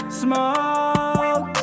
smoke